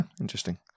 Interesting